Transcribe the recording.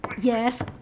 Yes